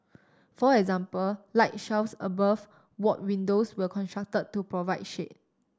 for example light shelves above ward windows were construct to provide shade